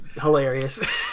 hilarious